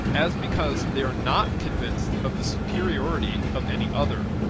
as because they are not convinced of the superiority of any other.